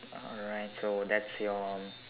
alright so that's your